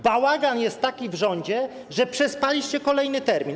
Bałagan jest taki w rządzie, że przespaliście kolejny termin.